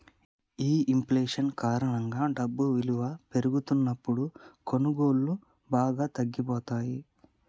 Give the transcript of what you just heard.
ఈ ఇంఫ్లేషన్ కారణంగా డబ్బు ఇలువ పెరుగుతున్నప్పుడు కొనుగోళ్ళు బాగా తగ్గిపోతయ్యి